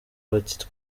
bati